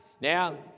Now